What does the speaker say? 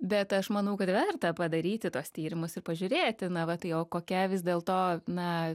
bet aš manau kad verta padaryti tuos tyrimus ir pažiūrėti na va tai o kokia vis dėlto na